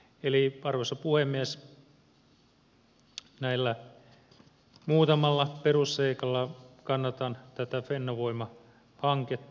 eli arvoisa puhemies näillä muutamalla perusseikalla kannatan tätä fennovoima hanketta